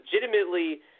legitimately